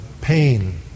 pain